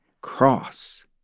cross